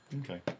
Okay